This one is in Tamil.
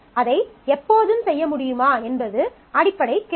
அதை எப்போதும் செய்ய முடியுமா என்பது அடிப்படை கேள்வி